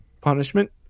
punishment